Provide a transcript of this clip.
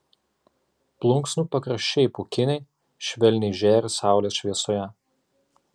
plunksnų pakraščiai pūkiniai švelniai žėri saulės šviesoje